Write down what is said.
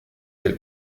del